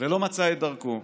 ולא מצא את דרכו.